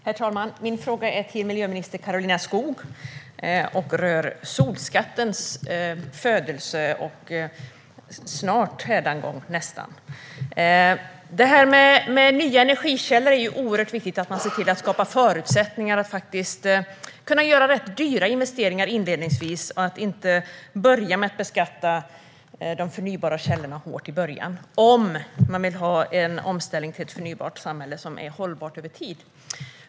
Herr talman! Min fråga är till miljöminister Karolina Skog. Den rör solskattens födelse och snart nästan hädanfärd. När det gäller nya energikällor är det oerhört viktigt att se till att skapa förutsättningar så att man inledningsvis kan göra rätt dyra investeringar. Om man vill ha en omställning till ett förnybart samhälle som är hållbart över tid är det viktigt att inte beskatta de förnybara källorna hårt i början.